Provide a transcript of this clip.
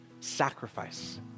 Sacrifice